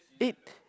eh